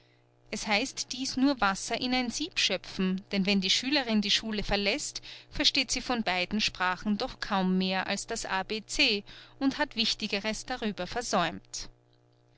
es heißt dies nur wasser in ein sieb schöpfen denn wenn die schülerin die schule verläßt versteht sie von beiden sprachen doch kaum mehr als das a b c und hat anderes wichtigeres darüber versäumt